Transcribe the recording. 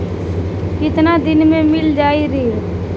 कितना दिन में मील जाई ऋण?